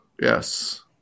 yes